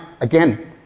again